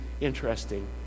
interesting